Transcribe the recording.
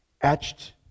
etched